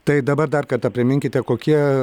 tai dabar dar kartą priminkite kokie